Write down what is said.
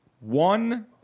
one